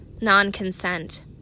non-consent